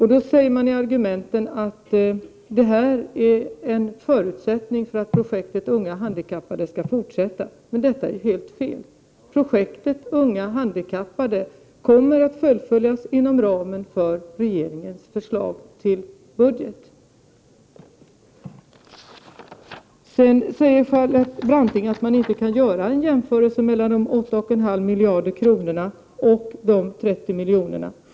I argumenteringen sägs att detta är en förutsättning för att projektet Unga handikappade skall fortsätta. Men det är helt fel. Projektet Unga handikappade kommer att fullföljas inom ramen för regeringens förslag till budget. Sedan säger Charlotte Branting att man inte kan göra en jämförelse mellan de 8,5 miljarderna och de 30 miljonerna.